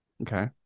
Okay